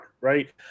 right